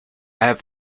have